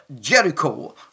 Jericho